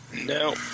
No